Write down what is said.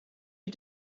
you